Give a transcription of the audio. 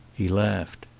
he laughed.